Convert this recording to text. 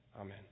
amen